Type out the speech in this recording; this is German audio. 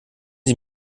sie